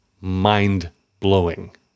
mind-blowing